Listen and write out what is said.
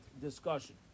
discussion